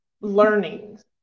learnings